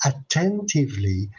attentively